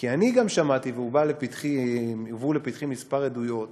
כי אני גם שמעתי והובאו לפתחי כמה עדויות